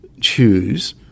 choose